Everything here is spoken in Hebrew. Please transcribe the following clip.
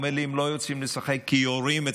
הוא אומר לי: הם לא יוצאים לשחק כי יורים אצלנו,